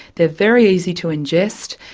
they are very easy to ingest,